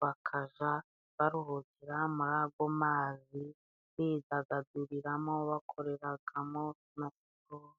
bakaja baruhukira muri ago mazi bidagaduriramo bakoreragamo na siporo.